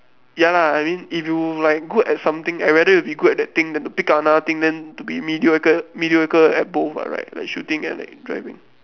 ya lah I mean if you like good at something I rather you be good at that thing and then pick up another thing then to be mediocre mediocre at both what right like at shooting and at driving